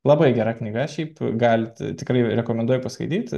labai gera knyga šiaip galit tikrai rekomenduoju paskaityt